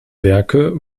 werke